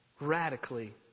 radically